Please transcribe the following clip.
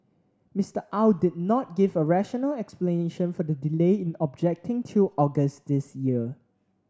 Mister Au did not give a rational explanation for the delay in objecting till August this year